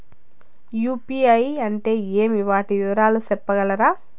UPI అంటే ఏమి? వాటి వివరాలు సెప్పగలరా?